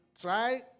try